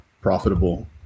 profitable